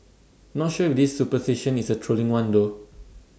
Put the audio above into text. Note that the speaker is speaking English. not sure if this superstition is A trolling one though